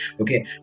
Okay